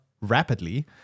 rapidly